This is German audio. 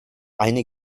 eine